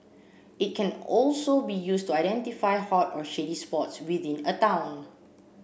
it can also be used to identify hot or shady spots within a town